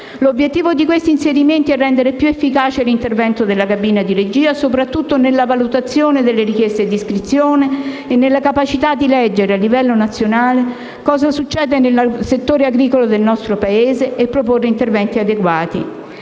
L'obiettivo di questi inserimenti è rendere più efficace l'intervento della cabina di regia soprattutto nella valutazione delle richieste di iscrizione e nella capacità di leggere a livello nazionale cosa succede nel settore agricolo nel nostro Paese e proporre interventi adeguati.